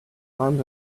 arms